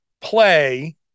play